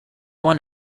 want